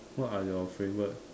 what are your favorite